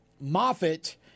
Moffitt